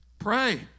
Pray